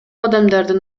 адамдардын